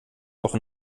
auch